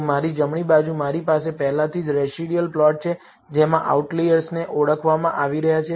તો મારી જમણી બાજુ મારી પાસે પહેલાથી જ રેસિડયુઅલ પ્લોટ છે જેમાં આઉટલિઅર્સને ઓળખવામાં આવી રહ્યા છે